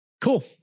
Cool